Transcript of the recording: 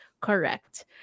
Correct